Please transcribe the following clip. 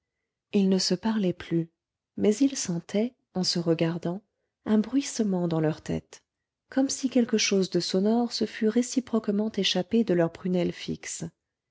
ils ne se parlaient plus mais ils sentaient en se regardant un bruissement dans leurs têtes comme si quelque chose de sonore se fût réciproquement échappé de leurs prunelles fixes